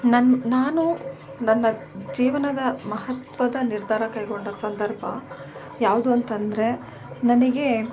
ನನ್ನ ನಾನು ನನ್ನ ಜೀವನದ ಮಹತ್ವದ ನಿರ್ಧಾರ ಕೈಗೊಂಡ ಸಂದರ್ಭ ಯಾವುದು ಅಂತ ಅಂದ್ರೆ ನನಗೆ